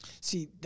See